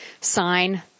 sign